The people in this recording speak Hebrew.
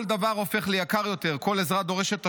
כל דבר הופך ליקר יותר, כל עזרה דורשת תשלום.